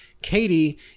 Katie